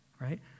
right